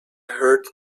heard